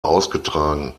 ausgetragen